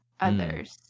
others